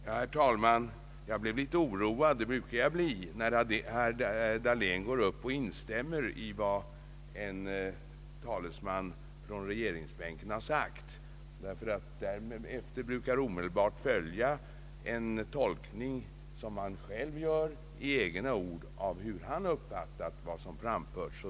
Herr talman! Jag blev litet oroad av herr Dahléns instämmande. Det brukar jag bli när herr Dahlén instämmer i vad en talesman för regeringen har sagt, för därefter brukar omedelbart följa en tolkning i herr Dahléns egna ord av hur han uppfattat vad som sagts.